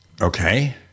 okay